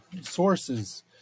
sources